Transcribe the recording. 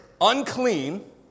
unclean